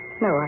No